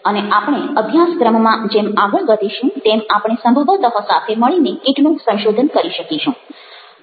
અને આપણે અભ્યાસક્રમમાં જેમ આગળ વધીશું તેમ આપણે સંભવત સાથે મળીને કેટલુંક સંશોધન કરી શકીશું